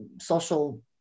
social